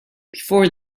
before